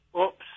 oops